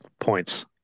Points